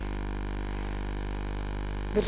ברשותך,